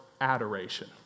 adoration